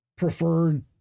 Preferred